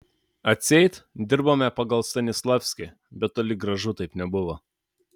atseit dirbome pagal stanislavskį bet toli gražu taip nebuvo